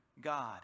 God